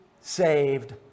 saved